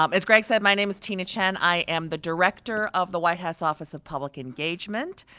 um as greg said, my name is tina tchen. i am the director of the white house office of public engagement.